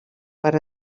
per